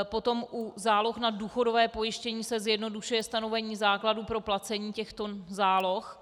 Potom u záloh na důchodové pojištění se zjednodušuje stanovení základu pro placení těchto záloh.